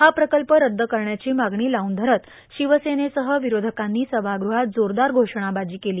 हा प्रकल्प रद्द करण्याची मागणी लाऊन धरत शिवसेनेसह विरोधकांनी सभागृहात जोरदार घोषणा बाजी केली